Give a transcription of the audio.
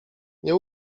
nie